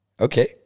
Okay